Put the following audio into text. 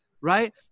Right